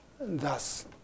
thus